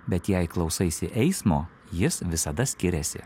bet jei klausaisi eismo jis visada skiriasi